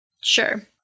Sure